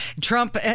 Trump